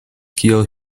kiel